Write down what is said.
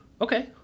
Okay